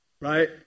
Right